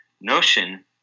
notion